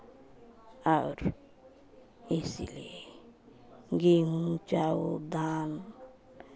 और इसीलिए गेहूँ चावल दाल